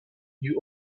you